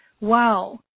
wow